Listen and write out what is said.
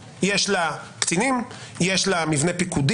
יש לה פיקוד, יש לה קצינים, יש לה מבנה פיקודי,